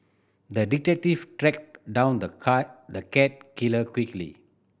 the detective tracked down the car the cat killer quickly